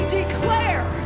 declare